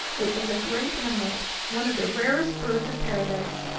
it was a great emerald, one of the rarest birds of paradise.